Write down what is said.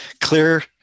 clear